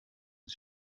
een